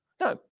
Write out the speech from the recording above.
No